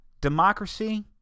democracy